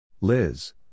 Liz